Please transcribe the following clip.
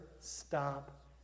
stop